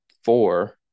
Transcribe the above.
four